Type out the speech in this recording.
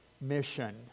mission